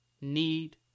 need